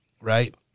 right